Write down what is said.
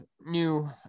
new